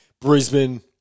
Brisbane